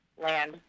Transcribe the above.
Land